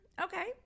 Okay